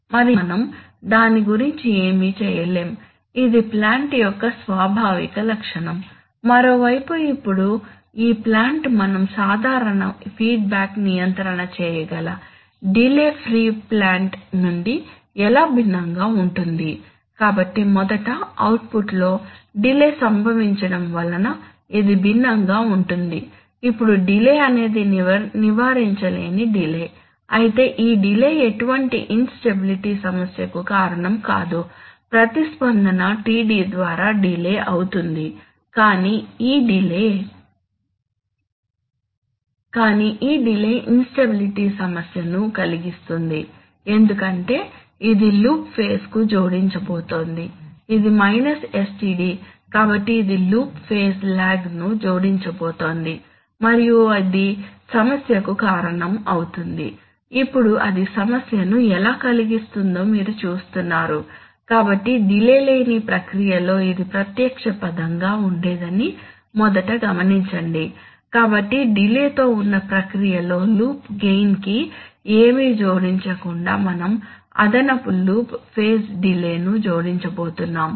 మరియు మనం దాని గురించి ఏమీ చేయలేము ఇది ప్లాంట్ యొక్క స్వాభావిక లక్షణం మరోవైపు ఇప్పుడు ఈ ప్లాంట్ మనం సాధారణ ఫీడ్బ్యాక్ నియంత్రణ చేయగల డిలే ఫ్రీ ప్లాంట్ నుండి ఎలా భిన్నంగా ఉంటుంది కాబట్టి మొదట అవుట్పుట్లో డిలే సంభవించడం వలన ఇది భిన్నంగా ఉంటుంది ఇప్పుడు డిలే అనేది నివారించలేని డిలే అయితే ఈ డిలే ఎటువంటి ఇన్ స్టెబిలిటి సమస్యకు కారణం కాదు ప్రతిస్పందన TD ద్వారా డిలే అవుతుంది కాని ఈ డిలే కానీ ఈ డిలే ఇన్ స్టెబిలిటి సమస్యను కలిగిస్తుంది ఎందుకంటే ఇది లూప్ ఫేజ్ కు జోడించబోతోంది ఇది మైనస్ sTd కాబట్టి ఇది లూప్ ఫేజ్ లాగ్ను జోడించబోతోంది మరియు ఇది సమస్య కు కారణం అవుతుంది ఇప్పుడు అది సమస్యను ఎలా కలిగిస్తుందో మీరు చూస్తున్నారు కాబట్టి డిలే లేని ప్రక్రియలో ఇది ప్రత్యక్ష పదంగా ఉండేదని మొదట గమనించండి కాబట్టి డిలే తో ఉన్న ప్రక్రియలో లూప్ గెయిన్ కి ఏమీ జోడించకుండా మనం అదనపు లూప్ ఫేజ్ డిలే ను జోడించబోతున్నాము